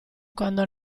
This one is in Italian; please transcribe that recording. quando